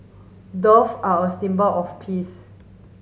dove are a symbol of peace